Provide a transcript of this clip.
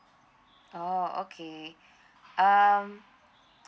orh okay um